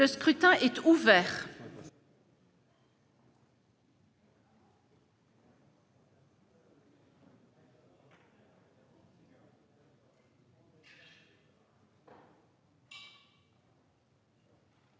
Le scrutin est ouvert.